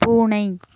பூனை